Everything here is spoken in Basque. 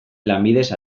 lanbidez